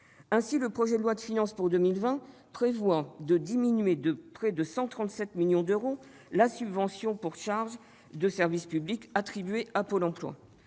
Ainsi, le projet de loi de finances pour 2020 prévoit de diminuer de près de 137 millions d'euros la subvention pour charges de service public attribuée à Pôle emploi.